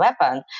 weapon